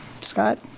Scott